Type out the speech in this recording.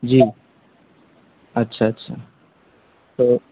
جی اچھا اچھا تو